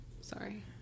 Sorry